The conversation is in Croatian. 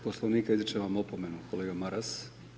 Poslovnika izričem vam opomenu kolega Maras.